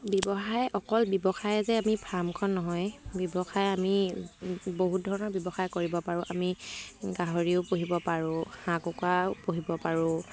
ব্যৱসায় অকল ব্যৱসায় যে আমি ফাৰ্মখন নহয় ব্যৱসায় আমি বহুত ধৰণৰ ব্যৱসায় কৰিব পাৰোঁ আমি গাহৰিও পুহিব পাৰোঁ হাঁহ কুকুৰাও পুহিব পাৰোঁ